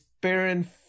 Baron